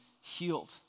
healed